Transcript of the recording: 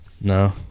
No